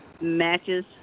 matches